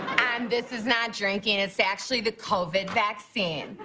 and this is not drinking, it's actually the covid vaccine.